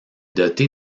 doté